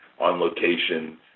on-location